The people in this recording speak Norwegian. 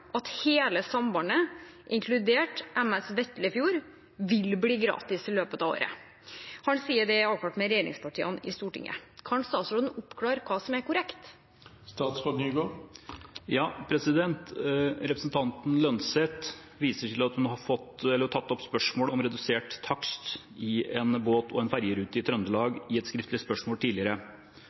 at hele sambandet, inkludert MS «Vetlefjord», vil bli gratis i løpet av året. Han sier at dette er avklart med regjeringspartiene i Stortinget. Kan statsråden oppklare hva som er korrekt?» Representanten Lønseth viste til at hun har tatt opp spørsmålet om redusert takst for en båt- og fergerute i Trøndelag i et skriftlig spørsmål tidligere.